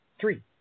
Three